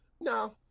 No